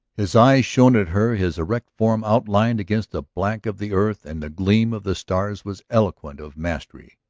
his eyes shone at her, his erect form outlined against the black of the earth and the gleam of the stars was eloquent of mastery.